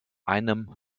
einem